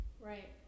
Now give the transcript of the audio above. Right